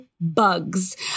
bugs